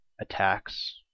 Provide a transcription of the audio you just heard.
attacks